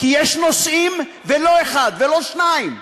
כי יש נושאים, ולא אחד ולא שניים,